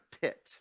pit